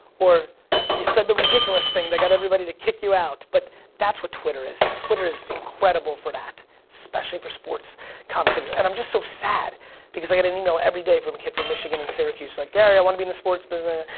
or you said the ridiculous thing that got everybody to kick you out but that's what twitter is. twitter is incredible for that especially for sports commentators and i'm just so sad because i get an email every day from a kid in michigan and syracuse like, gary, i want to be in the sports business.